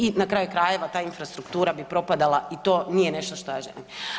I na kraju krajeva ta infrastruktura bi propadala i to nije nešto što ja želim.